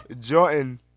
Jordan